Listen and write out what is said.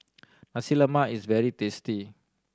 Nasi Lemak is very tasty